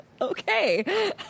Okay